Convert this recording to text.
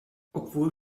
obwohl